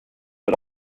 but